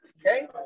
Okay